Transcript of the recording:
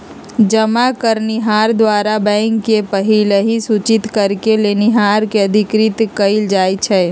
जमा करनिहार द्वारा बैंक के पहिलहि सूचित करेके लेनिहार के अधिकृत कएल जाइ छइ